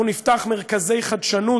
אנחנו נפתח מרכזי חדשנות.